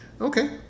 Okay